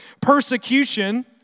Persecution